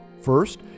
First